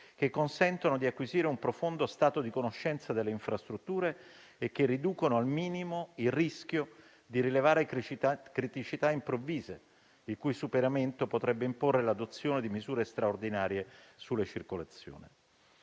che consentano di acquisire un profondo stato di conoscenza delle infrastrutture e riducano al minimo il rischio di rilevare criticità improvvise, il cui superamento potrebbe imporre l'adozione di misure straordinarie sulla circolazione.